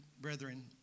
brethren